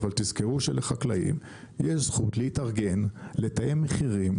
אבל תזכרו שלחקלאים יש זכות להתארגן לתאם מחירים,